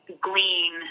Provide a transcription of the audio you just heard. glean